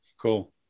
cool